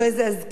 אחרי זה הזקנים,